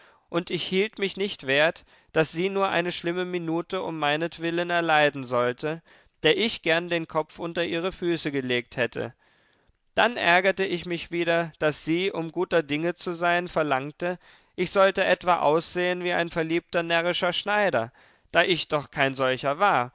und ich hielt mich nicht wert daß sie nur eine schlimme minute um meinetwillen erleiden sollte der ich gern den kopf unter ihre füße gelegt hätte dann ärgerte ich mich wieder daß sie um guter dinge zu sein verlangte ich sollte etwa aussehen wie ein verliebter närrischer schneider da ich doch kein solcher war